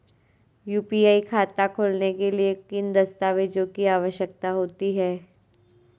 UPI खाता खोलने के लिए किन दस्तावेज़ों की आवश्यकता होती है?